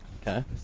Okay